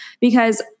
Because-